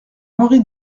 henri